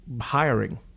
hiring